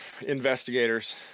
investigators